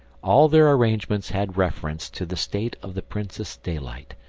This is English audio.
all their arrangements had reference to the state of the princess daylight,